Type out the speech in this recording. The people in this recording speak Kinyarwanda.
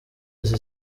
ati